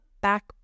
back